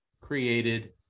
created